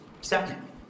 Second